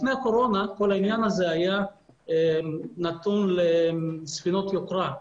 לפני הקורונה כל העניין הזה היה נתון לספינות יוקרה,